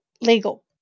Legal